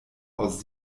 aus